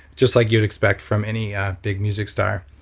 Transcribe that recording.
just like you'd expect from any big music star.